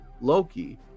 Loki